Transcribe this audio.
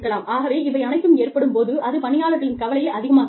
ஆகவே இவை அனைத்தும் ஏற்படும் போது அது பணியாளர்களின் கவலையை அதிகமாக்குகிறது